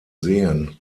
sehen